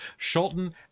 Shulton